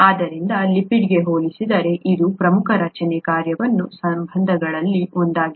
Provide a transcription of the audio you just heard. ಆದ್ದರಿಂದ ಲಿಪಿಡ್ಗೆ ಹೋಲಿಸಿದರೆ ಇದು ಪ್ರಮುಖ ರಚನೆಯ ಕಾರ್ಯ ಸಂಬಂಧಗಳಲ್ಲಿ ಒಂದಾಗಿದೆ